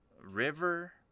river